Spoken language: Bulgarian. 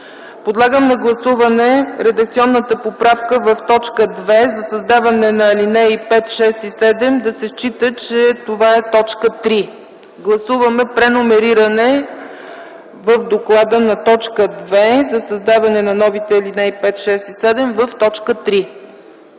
Подлагам на гласуване редакционната поправка в т. 2 за създаване на алинеи 5, 6 и 7, да се счита, че това е т. 3. Гласуваме преномериране в доклада на т. 2 – за създаване на новите алинеи 5, 6 и 7, в т. 3.